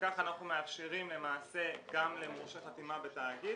כך אנחנו מאפשרים למעשה גם למורשה חתימה בתאגיד